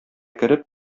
кереп